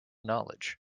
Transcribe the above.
knowledge